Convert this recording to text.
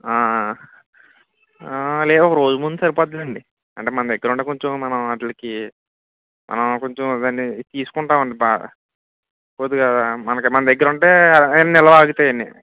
లేదు ఒకరోజు ముందు సరిపోతుందిలెండి అంటే మన దగ్గరుంటే కొంచెం మనం వాటిలకి మనం కొంచెం ఇవన్నీ తీసుకుంటామండి బాగా కొద్దిగా మనకి మన దగ్గరుంటే అవన్నీ నిలువ ఆగుతాయండి